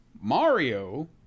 Mario